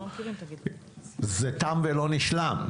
זה תם ולא נשלם.